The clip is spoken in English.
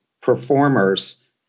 performers